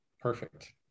Perfect